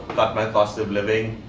got my cost of living,